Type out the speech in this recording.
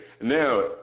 Now